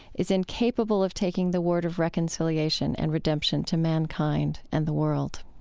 is incapable of taking the word of reconciliation and redemption to mankind and the world.